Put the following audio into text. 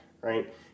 right